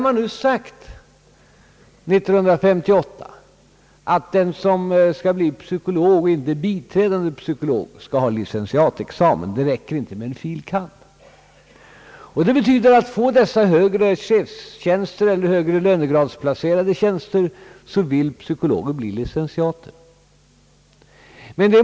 1958 uttalades att den som skall bli »psykolog» och inte »biträdande psykolog» skall ha licentiatexamen. Det räcker inte med en fil. kand. För att få chefstjänster eller högre lönegradsplacerade tjänster vill psykologer därför bli licentiater.